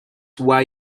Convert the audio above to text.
why